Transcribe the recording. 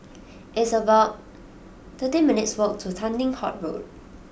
it's about thirteen minutes' walk to Tanglin Halt Road